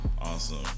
Awesome